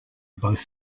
both